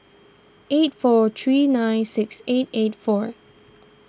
eight four three nine six eight eight four